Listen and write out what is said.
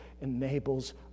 enables